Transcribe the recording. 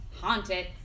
Haunted